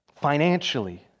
financially